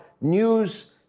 news